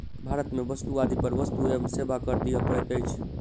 भारत में वस्तु आदि पर वस्तु एवं सेवा कर दिअ पड़ैत अछि